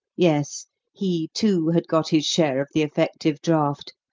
yes he, too, had got his share of the effective draught,